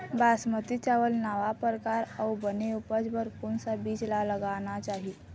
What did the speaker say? बासमती चावल नावा परकार अऊ बने उपज बर कोन सा बीज ला लगाना चाही?